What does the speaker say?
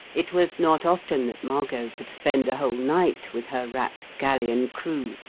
it was not often that margot could spend a whole night with her rapscallion crew,